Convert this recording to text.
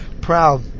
proud